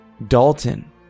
Dalton